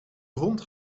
rond